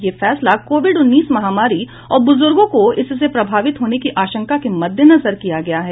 यह फैसला कोविड उन्नीस महामारी और बुजुर्गों को इससे प्रभावित होने की आशंका के मद्देनजर किया गया है